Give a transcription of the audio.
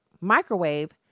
microwave